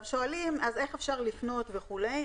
שואלים, אז איך אפשר לפנות וכולי.